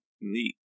Neat